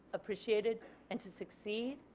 appreciated and to succeed.